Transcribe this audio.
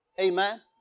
Amen